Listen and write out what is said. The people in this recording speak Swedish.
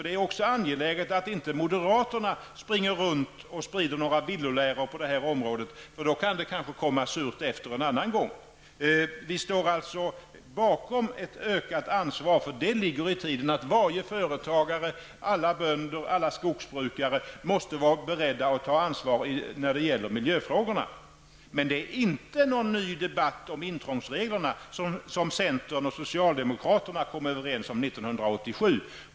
Det är också angeläget att inte moderaterna springer runt och sprider några villoläror på det här området, eftersom det då kanske kan komma surt efter en annan gång. Vi ställer alltså upp på ett ökat ansvar. Det ligger nämligen i tiden att varje företagare, alla bönder och alla skogsbrukare måste vara beredda att ta ansvar när det gäller miljöfrågorna. Men det är inte fråga om någon ny debatt om intrångsreglerna, som centern och socialdemokraterna kom överens om 1987.